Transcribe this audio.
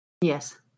Yes